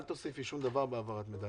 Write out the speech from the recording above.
אל תוסיפי שום דבר בהעברת מידע,